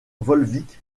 volvic